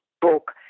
book